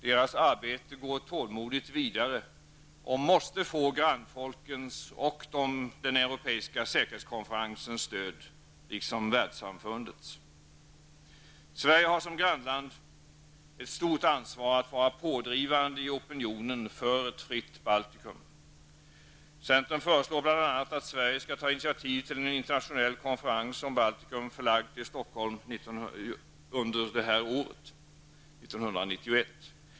Deras arbete går tålmodigt vidare och måste få grannfolkens och den europeiska säkerhetskonferensens stöd liksom världssamfundets. Sverige har som grannland ett stort ansvar att vara pådrivande i opinionen för ett fritt Baltikum. Centern föreslår bl.a. att Sverige skall ta initiativ till en internationell konferens om Baltikum, förlagd till Stockholm under detta år.